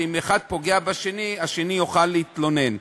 שאם אחד פוגע בשני השני יוכל להתלונן.